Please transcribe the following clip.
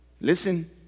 Listen